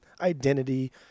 identity